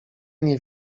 nie